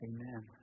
Amen